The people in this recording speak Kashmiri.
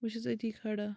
بہٕ چھیٚس أتی کھڑا